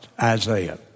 Isaiah